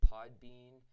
Podbean